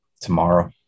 tomorrow